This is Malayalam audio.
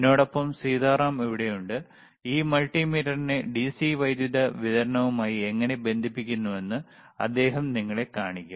എന്നോടൊപ്പം സീതാറാം ഇവിടെയുണ്ട് ഈ മൾട്ടിമീറ്ററിനെ ഡിസി വൈദ്യുതി വിതരണവുമായി എങ്ങനെ ബന്ധിപ്പിക്കുമെന്ന് അദ്ദേഹം നിങ്ങളെ കാണിക്കും